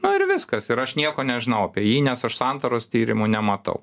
nu ir viskas ir aš nieko nežinau apie jį nes aš santaros tyrimų nematau